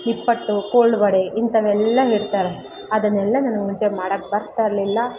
ನಿಪ್ಪಟ್ಟು ಕೋಳ್ವಡೆ ಇಂಥವೆಲ್ಲಾ ಇಡ್ತಾರೆ ಅದನ್ನೆಲ್ಲಾ ನನ್ಗೆ ಮುಂಚೆ ಮಾಡೋಕ್ ಬರ್ತಾ ಇರಲಿಲ್ಲ